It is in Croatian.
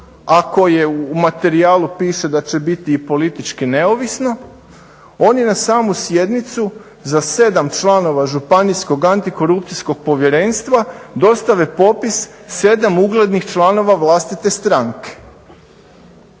ako je u materijalu piše da će biti i politički neovisno, oni na samu sjednicu za sedam članova županijskog antikorupcijskog povjerenstva dostave popis sedam uglednih članova vlastite stranke.